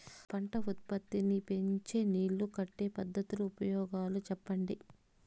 పంట ఉత్పత్తి నీ పెంచే నీళ్లు కట్టే పద్ధతుల ఉపయోగాలు చెప్పండి?